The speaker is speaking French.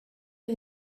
est